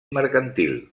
mercantil